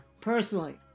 personally